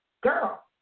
Girl